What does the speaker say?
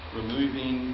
removing